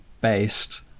based